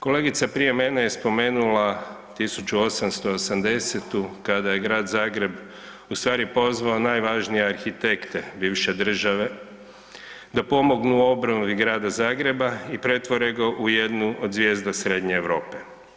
Kolegica prije mene je spomenula 1880. kada je Grad Zagreb u stvari pozvao najvažnije arhitekte bivše države da pomognu u obnovi Grada Zagreba i pretvore ga u jednu od zvijezda Srednje Europe.